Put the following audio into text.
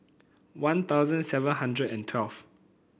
One Thousand seven hundred and twelve